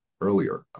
earlier